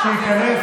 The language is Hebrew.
כשהיא תשב,